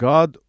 God